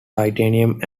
titanium